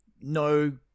no